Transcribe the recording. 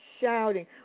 shouting